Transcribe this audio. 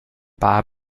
bob